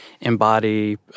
embody